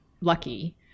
lucky